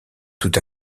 tout